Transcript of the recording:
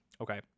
Okay